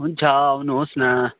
हुन्छ आउनु होस् न